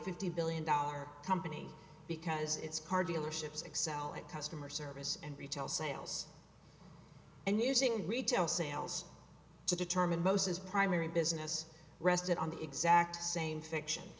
fifty billion dollar company because its car dealerships excel at customer service and retail sales and using retail sales to determine mosts primary business rested on the exact same fiction